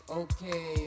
okay